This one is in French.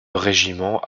régiment